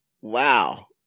Wow